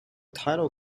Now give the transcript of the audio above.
title